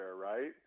right